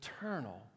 eternal